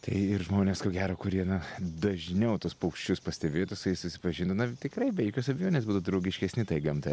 tai ir žmonės ko gero kurie na dažniau tuos paukščius pastebėtų su jais susipažintų na tikrai be jokios abejonės būtų draugiškesni tai gamtai